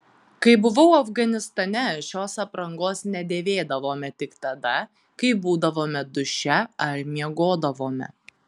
kai buvau afganistane šios aprangos nedėvėdavome tik tada kai būdavome duše ar miegodavome